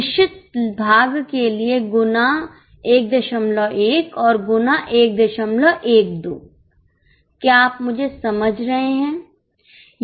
निश्चित भाग के लिए गुना 11 और गुना 112 क्या आप मुझे समझ रहे हैं